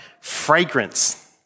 fragrance